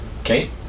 Okay